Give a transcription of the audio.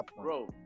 Bro